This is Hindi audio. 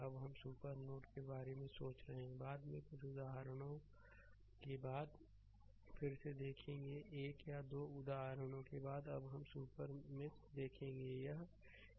अब हम सुपर नोड के बारे में सोच रहे हैं बाद में हम कुछ उदाहरणों के बाद फिर से देखेंगे एक या दो उदाहरणों के बाद हम अब सुपर मेश देखेंगे